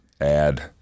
add